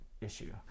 issue